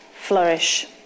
flourish